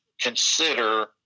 consider